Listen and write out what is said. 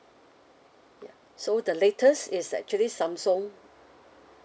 ya so the latest is actually samsung